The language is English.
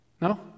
No